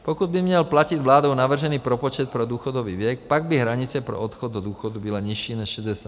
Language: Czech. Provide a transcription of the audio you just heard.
Pokud by měl platit vládou navržený propočet pro důchodový věk, pak by hranice pro odchod do důchodu byla nižší než 60.